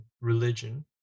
religion